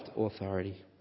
authority